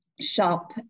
shop